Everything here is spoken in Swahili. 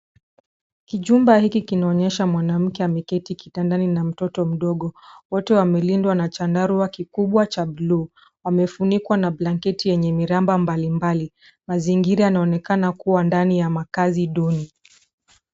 Kijumba hiki kinaonyesha mwanamke ameketi kitandani na mtoto mdogo. Wote wamelindwa na chandarua kikubwa cha buluu. Wamefunikwa na blanketi yenye miramba mbalimbali. Mazingira yanaonekana kuwa ndani ya makazi duni.